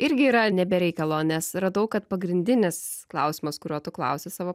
irgi yra ne be reikalo nes radau kad pagrindinis klausimas kurio tu klausi savo